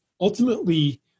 Ultimately